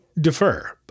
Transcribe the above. defer